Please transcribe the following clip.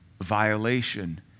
violation